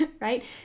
right